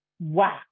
Wow